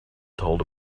told